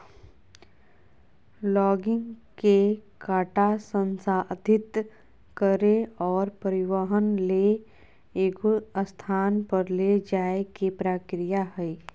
logging के काटा संसाधित करे और परिवहन ले एगो स्थान पर ले जाय के प्रक्रिया हइ